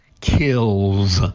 kills